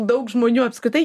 daug žmonių apskritai